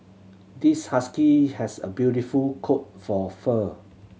this husky has a beautiful coat for fur